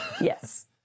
Yes